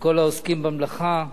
ולכל העוסקים במלאכה.